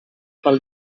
pel